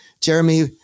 Jeremy